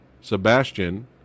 Sebastian